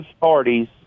parties